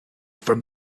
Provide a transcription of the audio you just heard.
from